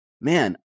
man